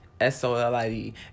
S-O-L-I-D